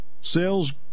sales